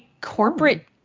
corporate